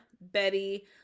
Betty